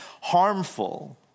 harmful